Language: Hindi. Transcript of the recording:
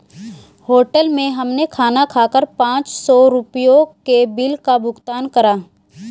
होटल में हमने खाना खाकर पाँच सौ रुपयों के बिल का भुगतान करा